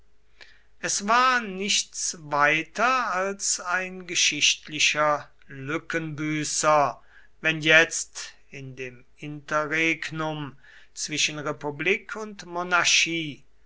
es war nichts weiter als ein geschichtlicher lückenbüßer wenn jetzt in dem interregnum zwischen republik und monarchie